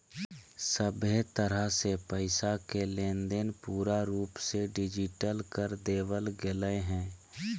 सभहे तरह से पैसा के लेनदेन पूरा रूप से डिजिटल कर देवल गेलय हें